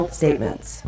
statements